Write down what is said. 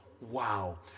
wow